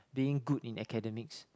being good in academics